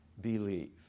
believe